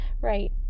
right